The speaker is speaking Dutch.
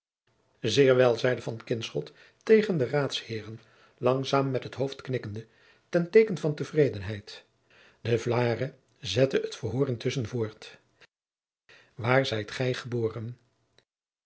zeer wel zeide van kinschot tegen de raadsheeren langzaam met het hoofd knikkende ten teeken van tevredenheid de vlaere zette het verhoor intusschen voort waar zijt gij geboren